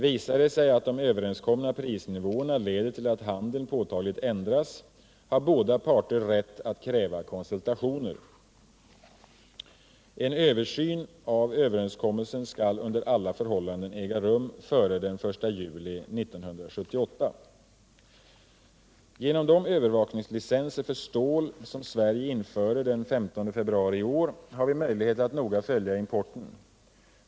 Visar det sig att de överenskomna prisnivåerna leder till att handeln påtagligt ändras, har båda parter rätt att kräva konsultationer. En översyn av överenskommelsen skall under alla förhållanden äga rum före den 1 juli 1978. Genom de övervakningslicenser för stål som Sverige införde den 15 februari iår, har vi möjlighet att noga följa importen.